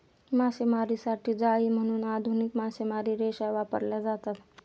मासेमारीसाठी जाळी म्हणून आधुनिक मासेमारी रेषा वापरल्या जातात